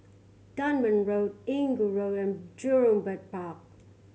Dunman Road Inggu Road and Jurong Bird Park